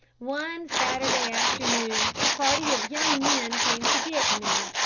one saturday afternoon a party of young men came to get me.